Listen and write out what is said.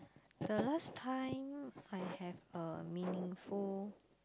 the last time I have a meaningful